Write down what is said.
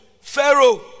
Pharaoh